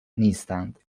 نیستند